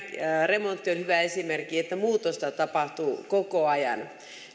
remontti on hyvä esimerkki että muutosta tapahtuu koko ajan